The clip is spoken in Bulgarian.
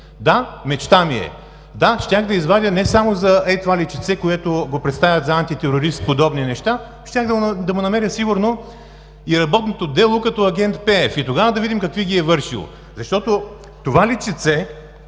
Да, мечта ми е. Да, щях да извадя не само за ей това личице, което го представят за антитерорист и подобни неща, щях да му намеря сигурно и работното дело като „Агент Пеев“. И тогава да видим какви ги е вършил. Защото това личице